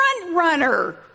frontrunner